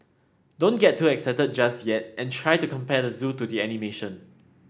don't get too excited just yet and try to compare the zoo to the animation